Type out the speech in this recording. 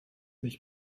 nicht